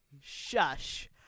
Shush